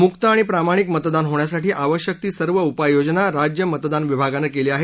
मुक्त आणि प्रामाणिक मतदान होण्यासाठी आवश्यक ती सर्व उपाययोजना राज्य मतदान विभागानं केली आहे